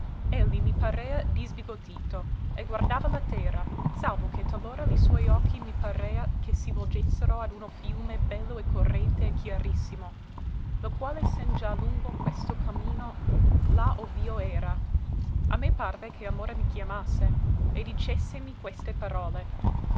drappi elli mi parea disbigottito e guardava la terra salvo che talora li suoi occhi mi parea che si volgessero ad uno fiume bello e corrente e chiarissimo lo quale sen gìa lungo questo cammino là ov'io era a me parve che amore mi chiamasse e dicèssemi queste parole